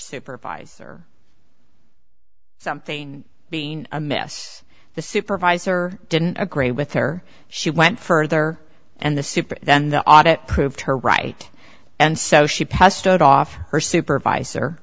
supervisor something being a mess the supervisor didn't agree with her she went further and the super then the audit proved her right and so she passed it off her supervisor